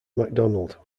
macdonald